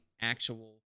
actual